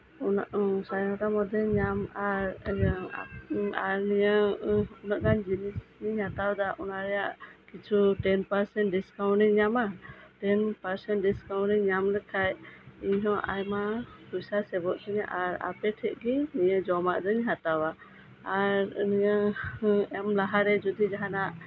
ᱚᱱᱟ ᱥᱟᱲᱮ ᱱᱚᱴᱟ ᱢᱚᱫᱽᱫᱷᱮᱹᱨᱮᱧ ᱧᱟᱢ ᱟᱨ ᱤᱭᱟᱹ ᱟᱨ ᱱᱤᱭᱟᱹ ᱩᱱᱟᱹᱜ ᱜᱟᱱ ᱡᱤᱱᱤᱥᱤᱧ ᱦᱟᱛᱟᱣ ᱫᱟ ᱚᱱᱟ ᱨᱮᱭᱟᱜ ᱠᱤᱪᱷᱩ ᱴᱮᱹᱱ ᱯᱟᱨᱥᱮᱱ ᱰᱤᱥᱠᱟᱣᱩᱱᱴ ᱤᱧ ᱧᱟᱢᱟ ᱴᱮᱹᱱ ᱯᱟᱨᱥᱮᱱ ᱰᱤᱥᱠᱟᱣᱩᱱᱴ ᱤᱧ ᱧᱟᱢ ᱞᱮᱠᱷᱟᱱ ᱤᱧᱦᱚ ᱟᱭᱢᱟ ᱯᱚᱭᱥᱟ ᱥᱮᱵᱷᱚᱜ ᱛᱤᱧᱟᱹ ᱟᱨ ᱟᱯᱮᱴᱷᱮᱱ ᱜᱮ ᱡᱚᱢᱟᱜ ᱫᱚᱧ ᱦᱟᱛᱟᱣᱟ ᱟᱨ ᱱᱤᱭᱟᱹ ᱮᱢ ᱞᱟᱦᱟᱨᱮ ᱡᱚᱫᱤ ᱡᱟᱦᱟᱱᱟᱜ